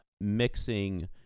mixing